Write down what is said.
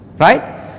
Right